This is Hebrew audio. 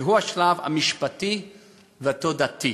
שהוא השלב המשפטי והתודעתי.